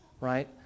right